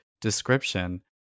description